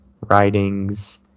writings